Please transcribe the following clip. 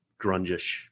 grungish